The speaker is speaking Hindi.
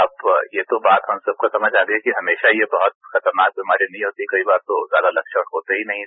अब ये तो बात हम सबको समझ आ गई कि हमेशा ये बहुत खतरनाक बीमारी नहीं होती कई बार तो ज्यादा लक्षण होते ही नहीं हैं